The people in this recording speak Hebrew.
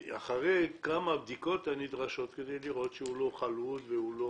אחרי שיעבור את הבדיקות הנדרשות כדי לראות שהוא לא חלוד והוא לא